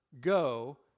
go